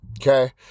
Okay